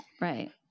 right